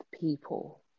people